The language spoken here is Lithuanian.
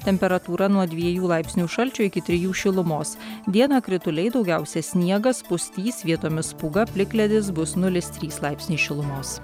temperatūra nuo dviejų laipsnių šalčio iki trijų šilumos dieną krituliai daugiausia sniegas pustys vietomis pūga plikledis bus nulis trys laipsniai šilumos